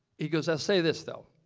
he goes, i'll say this though.